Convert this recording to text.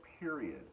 period